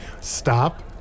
Stop